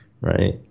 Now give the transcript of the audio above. right